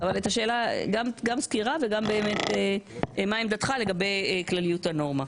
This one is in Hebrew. אבל גם סקירה וגם באמת מה עמדתך לגבי כלליות הנורמה.